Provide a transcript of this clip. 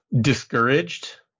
discouraged